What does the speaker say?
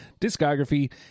discography